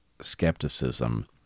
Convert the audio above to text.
skepticism